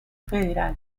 federal